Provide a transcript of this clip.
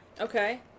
Okay